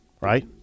Right